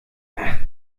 ach